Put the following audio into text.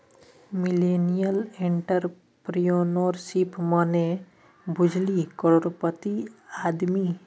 millennial entrepreneurship मने बुझली करोड़पति आदमी